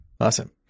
Awesome